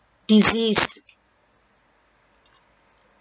disease